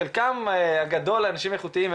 חלקם הגדול אנשים איכותיים.